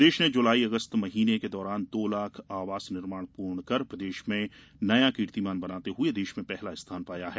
प्रदेश ने जुलाई अगस्त माह के दौरान दो लाख आवास निर्माण पूर्ण कर प्रदेश ने नया कीर्तिमान बनाते हुये देश में पहला स्थान पाया है